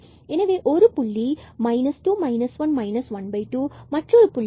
எனவே ஒரு புள்ளி 2 1 12 மற்றொரு புள்ளி 6 3 32